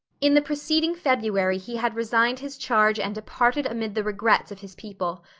in the preceding february he had resigned his charge and departed amid the regrets of his people,